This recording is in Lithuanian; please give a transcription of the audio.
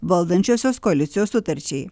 valdančiosios koalicijos sutarčiai